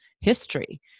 history